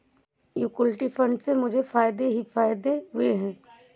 equity fund से मुझे फ़ायदे ही फ़ायदे हुए हैं